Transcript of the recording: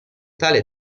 tale